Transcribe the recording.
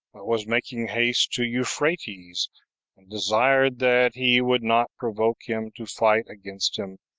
was making haste to euphrates and desired that he would not provoke him to fight against him,